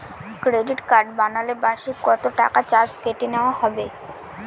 Credit card বানালে বার্ষিক কত টাকা চার্জ কেটে নেওয়া হবে?